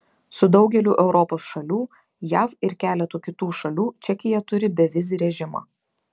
su daugeliu europos šalių jav ir keletu kitų šalių čekija turi bevizį režimą